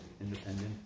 independent